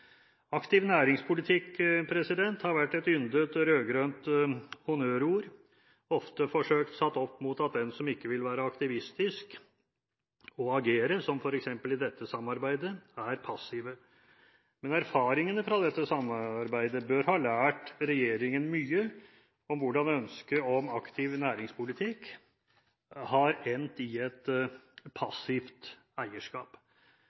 Aktiv næringspolitikk har vært et yndet rød-grønt honnørord – ofte forsøkt satt opp mot at den som ikke vil være aktivistisk og agere, som f.eks. i dette samarbeidet, er passiv. Men erfaringene fra dette samarbeidet bør ha lært regjeringen mye om hvordan ønsket om aktiv næringspolitikk har endt i et passivt eierskap.